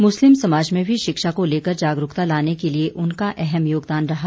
मुस्लिम समाज में भी शिक्षा को लेकर जागरूकता लाने के लिए उनका अहम योगदान रहा